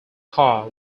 car